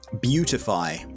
Beautify